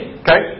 okay